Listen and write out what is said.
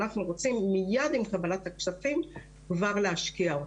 אנחנו רוצים מיד עם קבלת הכספים כבר להשקיע אותם.